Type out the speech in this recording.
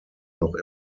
noch